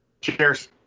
cheers